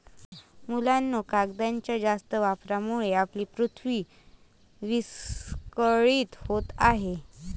मुलांनो, कागदाच्या जास्त वापरामुळे आपली पृथ्वी विस्कळीत होत आहे